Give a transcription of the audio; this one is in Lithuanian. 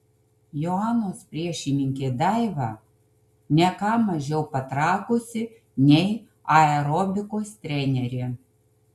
joanos priešininkė daiva ne ką mažiau patrakusi nei aerobikos trenerė